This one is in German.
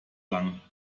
lang